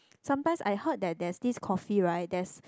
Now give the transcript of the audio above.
sometimes I heard that there's this coffee right that's